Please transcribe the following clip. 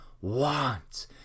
want